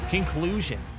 Conclusion